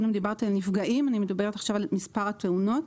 קודם דיברתי על נפגעים ועכשיו אני מדברת על מספר התאונות.